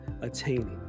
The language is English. attaining